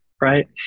right